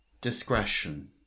Discretion